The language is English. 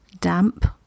damp